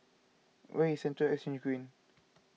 where is Central Exchange Green